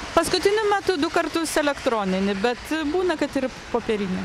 paskutiniu metu du kartus elektroninį bet būna kad ir popierinį